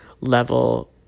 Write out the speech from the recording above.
level